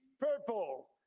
purple